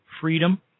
freedom